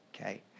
okay